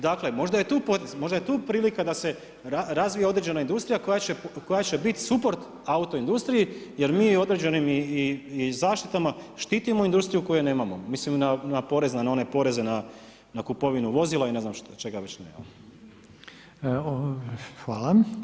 Dakle možda je to prilika da se razvije određena industrija koja će biti suport autoindustriji jer mi određenim zaštitama štitimo industriju koju nemamo, mislim na one poreze na kupovinu vozila i ne znam čega više ne.